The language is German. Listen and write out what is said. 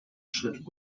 schritt